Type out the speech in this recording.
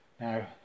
Now